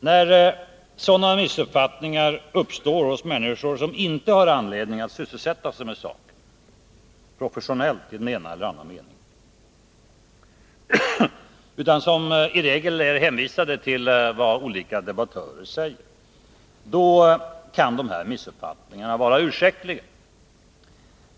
När sådana missuppfattningar uppstår hos människor som inte har anledning att sysselsätta sig med saken professionellt i ena eller andra meningen utan i regel är hänvisade till vad olika debattörer säger, kan dessa missuppfattningar vara ursäktliga.